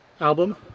album